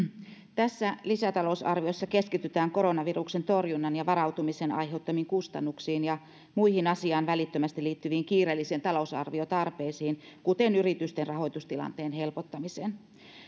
tässä lisätalousarviossa keskitytään koronaviruksen torjunnan ja varautumisen aiheuttamiin kustannuksiin ja muihin asiaan välittömästi liittyviin kiireellisiin talousarviotarpeisiin kuten yritysten rahoitustilanteen helpottamiseen